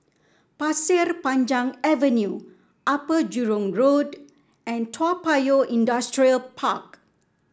Pasir Panjang Avenue Upper Jurong Road and Toa Payoh Industrial Park